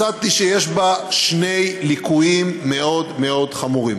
מצאתי שיש בה שני ליקויים מאוד מאוד חמורים.